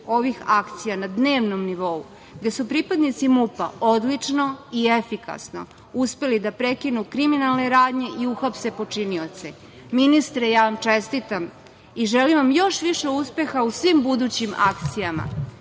ovih akcija na dnevnom nivou gde su pripadnici MUP-a odlično i efikasno uspeli da prekinu kriminalne radnje i uhapse počinioce. Ministre, ja vam čestitam i želim vam još više uspeha u svim budućim akcijama. Sporazum